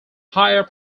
higher